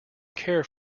care